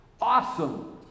Awesome